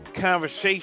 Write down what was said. conversation